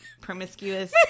promiscuous